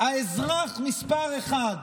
האזרח מס' אחת,